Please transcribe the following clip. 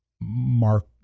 Mark